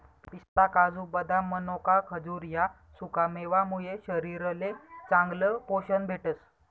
पिस्ता, काजू, बदाम, मनोका, खजूर ह्या सुकामेवा मुये शरीरले चांगलं पोशन भेटस